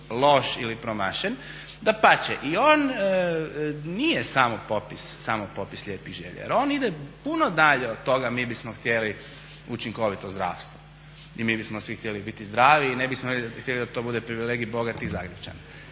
loš ili promašen, dapače i on nije samo popis lijepih želja jer on ide puno dalje od toga. Mi bismo htjeli učinkovitost zdravstva, i mi bismo svih htjeli biti zdravi i ne bismo htjeli da to bude privilegij bogatih zagrepčana.